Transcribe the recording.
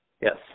Yes